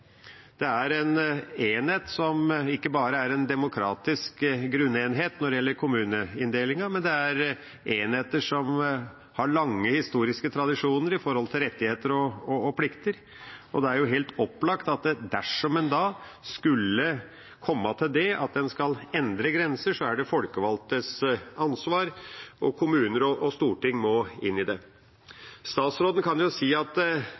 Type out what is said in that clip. Det er enheter som ikke bare er demokratiske grunnenheter når det gjelder kommuneinndelingen, men det er enheter som har lange historiske tradisjoner knyttet til rettigheter og plikter. Det er helt opplagt at dette – dersom en da skulle komme til at en skal endre grenser – er de folkevalgtes ansvar, og kommuner og storting må inn. Statsråden kan jo si at